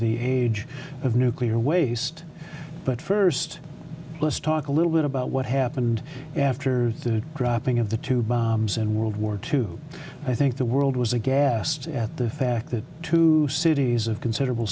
the age of nuclear waste but first let's talk a little bit about what happened after the dropping of the two bombs in world war two i think the world was aghast at the fact that two cities of considerable